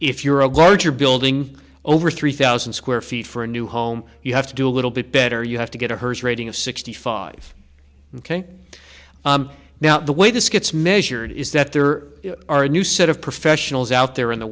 if you're a larger building over three thousand square feet for a new home you have to do a little bit better you have to get a hearse rating of sixty five ok now the way this gets measured is that there are a new set of professionals out there in the